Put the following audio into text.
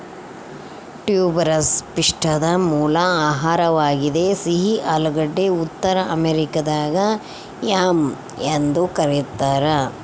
tuberous ಪಿಷ್ಟದ ಮೂಲ ಆಹಾರವಾಗಿದೆ ಸಿಹಿ ಆಲೂಗಡ್ಡೆ ಉತ್ತರ ಅಮೆರಿಕಾದಾಗ ಯಾಮ್ ಎಂದು ಕರೀತಾರ